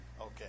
okay